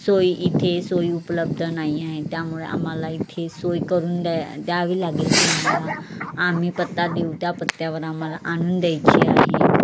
सोय इथे सोयी उपलब्ध नाही आहे त्यामुळे आम्हाला इथे सोय करून द्या द्यावी लागेल तुम्हाला आम्ही पत्ता देऊ त्या पत्त्यावर आम्हाला आणून द्यायची आहे